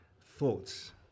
thoughts